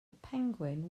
penguin